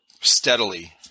steadily